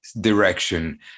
direction